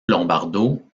lombardo